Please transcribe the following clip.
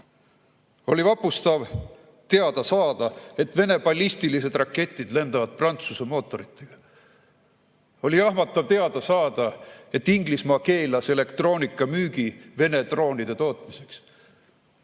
Oli vapustav teada saada, et Vene ballistilised raketid lendavad Prantsuse mootoritega. Oli jahmatav teada saada, et Inglismaa keelas elektroonika müügi Vene droonide tootmiseks.